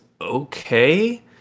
okay